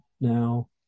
now